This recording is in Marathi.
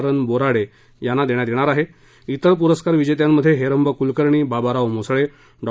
रं बोराडे यांना देण्यात येणार असुन ित्र पुरस्कार विजेत्यांमधे हेरंब कुलकर्णी बाबाराव मुसळे डॉ